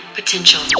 potential